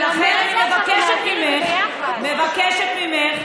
ולכן אני מבקשת ממך,